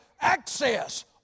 access